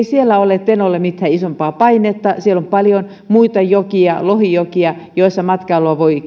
siellä ole tenolle mitään isompaa painetta siellä on paljon muita lohijokia lohijokia joissa matkailua voi